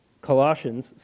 Colossians